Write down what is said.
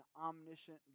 omniscient